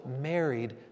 married